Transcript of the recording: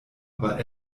aber